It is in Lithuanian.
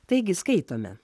taigi skaitome